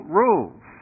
rules